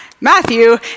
Matthew